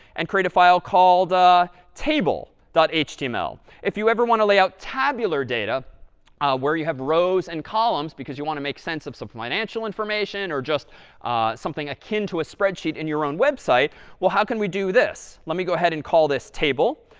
and create a file called ah table html. if you ever want to layout tabular data where you have rows and columns because you want to make sense of some financial information or just something akin to a spreadsheet in your own website well, how can we do this? let me go ahead and call this table.